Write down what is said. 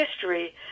history